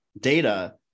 Data